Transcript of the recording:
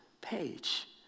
page